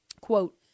quote